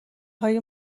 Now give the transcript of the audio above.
های